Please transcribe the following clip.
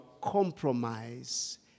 compromise